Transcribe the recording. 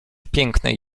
pięknej